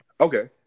Okay